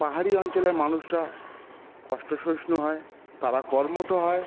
পাহাড়ি অঞ্চলের মানুষরা কষ্ট সহিষ্ণু হয় তারা কর্মঠ হয়